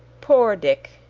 poor dick!